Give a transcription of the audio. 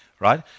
Right